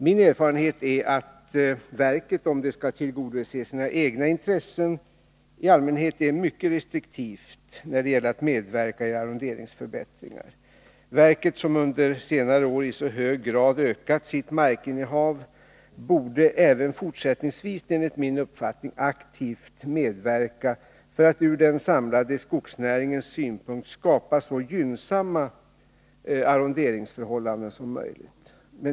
Min erfarenhet är att verket, om det skall tillgodose sina egna intressen, i allmänhet är mycket restriktivt när det gäller att medverka i arronderingsförbättringar. Verket, som under senare år i så hög grad ökat sitt markinnehav, borde enligt min uppfattning även fortsättningsvis aktivt medverka för att ur den samlade skogsnäringens synpunkt skapa så gynnsamma arronderingsförhållanden som möjligt.